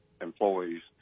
employees